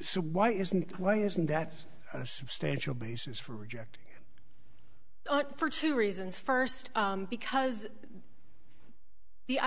so why isn't why isn't that a substantial basis for rejecting for two reasons first because the i